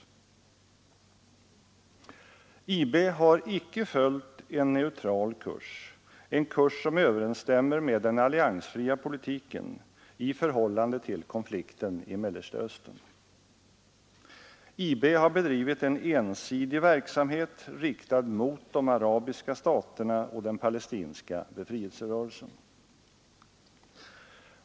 IB har icke följt en neutral kurs, en kurs som överensstämmer med den alliansfria politiken, i förhållande till konflikten i Mellersta Östern. IB har bedrivit en ensidig verksamhet riktad mot de arabiska staterna och den palestinska befrielserörelsen.